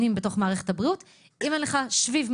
קופות חולים או תחרות על קופות החולים כשהנושא הזה